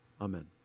amen